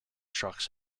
trucks